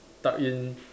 tuck in